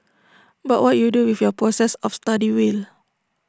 but what you do with your process of study will